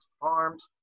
farms